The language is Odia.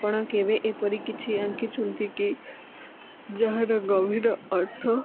ଆପଣ କେବେ ଏପରି କିଛି ଆଙ୍କିଛନ୍ତି କି ଯାହାର ଗଭୀର ଅର୍ଥ